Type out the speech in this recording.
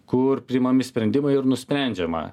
kur priimami sprendimai ir nusprendžiama